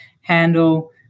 handle